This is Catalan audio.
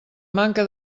manca